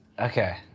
Okay